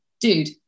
dude